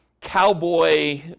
cowboy